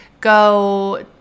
Go